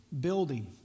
Building